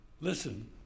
listen